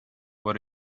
what